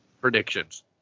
predictions